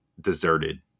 deserted